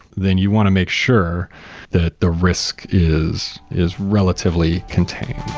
then you want to make sure that the risk is is relatively contained